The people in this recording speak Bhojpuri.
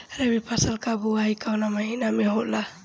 रबी फसल क बुवाई कवना महीना में होला?